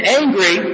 angry